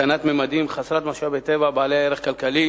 חסרת משאבי טבע בעלי ערך כלכלי